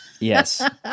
Yes